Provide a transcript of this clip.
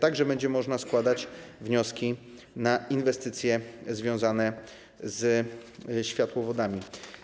Nadal będzie można składać wnioski na inwestycje związane z światłowodami.